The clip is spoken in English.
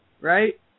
right